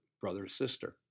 brother-sister